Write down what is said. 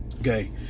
okay